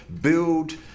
build